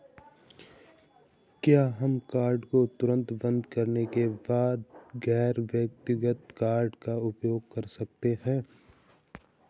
क्या हम कार्ड को तुरंत बंद करने के बाद गैर व्यक्तिगत कार्ड का उपयोग कर सकते हैं?